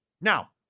Now